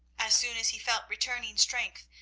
as soon as he felt returning strength,